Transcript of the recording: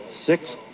Six